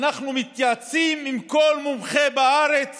אנחנו מתייעצים עם כל מומחה בארץ